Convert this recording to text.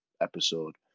episode